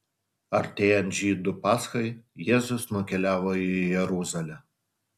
artėjant žydų paschai jėzus nukeliavo į jeruzalę